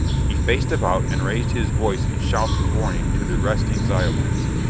he faced about and raised his voice in shouts of warning to the resting zyobites.